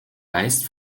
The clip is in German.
geist